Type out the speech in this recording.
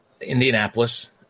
Indianapolis